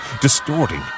distorting